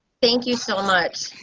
thank you so much.